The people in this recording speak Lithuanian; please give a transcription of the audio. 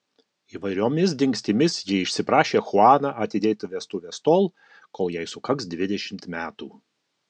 įvairiomis dingstimis ji išsiprašė chuaną atidėti vestuves tol kol jai sukaks dvidešimt metų